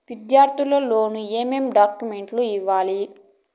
విద్యార్థులు లోను ఏమేమి డాక్యుమెంట్లు ఇవ్వాలి?